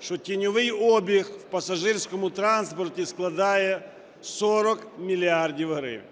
що тіньовий обіг в пасажирському транспорті складає 40 мільярдів гривень.